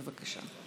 בבקשה.